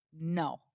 No